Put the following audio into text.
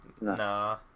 No